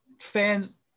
fans